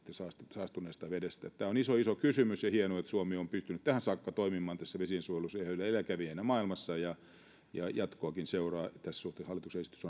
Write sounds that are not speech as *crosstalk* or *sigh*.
saastuneesta vedestä tämä on iso iso kysymys ja on hienoa että suomi on pystynyt tähän saakka toimimaan tässä vesiensuojelussa ihan edelläkävijänä maailmassa ja jatkoakin seuraa tässä suhteessa hallituksen esitys *unintelligible*